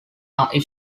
are